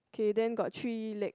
okay then got three legs